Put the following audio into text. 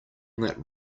that